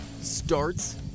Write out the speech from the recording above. Starts